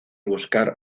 buscar